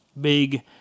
big